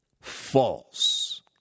false